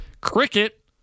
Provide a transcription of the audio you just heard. Cricket